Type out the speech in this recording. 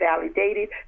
validated